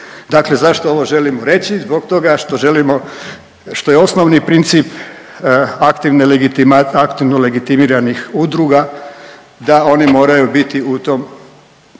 Dakle, zašto ovo želimo reći? zbog toga što želimo što je osnovni princip aktivno legitimiranih udruga da one moraju biti u toj